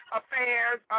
affairs